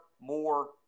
more